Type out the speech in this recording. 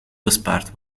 bespaard